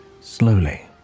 Slowly